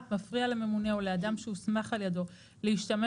(1)מפריע לממונה או לאדם שהוסמך על ידו להשתמש